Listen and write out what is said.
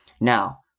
Now